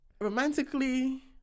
Romantically